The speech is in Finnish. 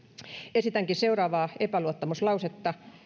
esitänkin seuraavaa epäluottamuslausetta